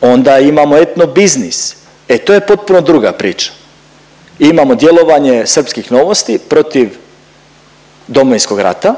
onda imamo etnobiznis. E to je potpuno druga priča. Imamo djelovanje srpskih Novosti protiv Domovinskog rata,